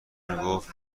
میگفت